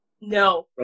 No